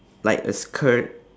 like a skirt